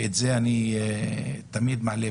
ואת זה אני תמיד מעלה,